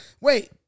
wait